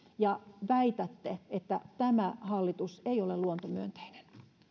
ja väitätte että tämä hallitus ei ole luontomyönteinen